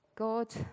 God